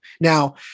Now